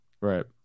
Right